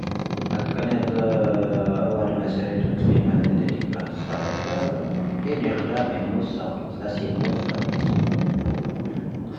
ⵏⴰⴽⴰ ⵏⵢⴰⴰⴷ ⴰⵡⴰⴷ ⵉⵎⴰ ⵙⴻⵀⵔⴻⴷⵢⵜ ⴼⴻⵎⴻⵏⵏⴻⵜ ⴻⴷⵉⴽ ⵔⴰⵀⴰⵙ ⵙⴰⵀⴰⵜⴰ. ⴻⴷⵉ ⴳⵀⴷⴰ ⵎⴻ ⵎoⵓⵙⵙⴰ oⴳⵍⴰⵙ, ⴰⵙⵢⴰ ⵎoⵓⵙⵙⴰ oⴳⵍⴰⵙ.